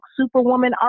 superwoman